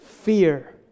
Fear